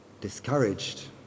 Discouraged